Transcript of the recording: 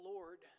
Lord